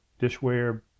dishware